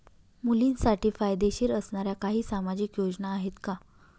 मुलींसाठी फायदेशीर असणाऱ्या काही सामाजिक योजना आहेत का?